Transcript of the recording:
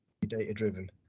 Data-driven